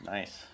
Nice